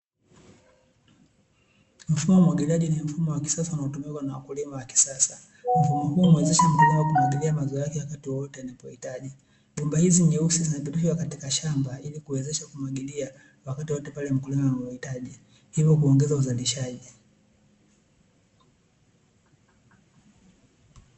Mfumo wa magari ni mifumo ya kisasa na hutumika na wakulima wa kisasa kumwagilia mazao yake. Wakati wowote yanapohitajika katika shamba ili kuwezesha kumwagilia wakati pale mkulima kuongeza uzalishaji.